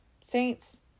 saints